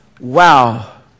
Wow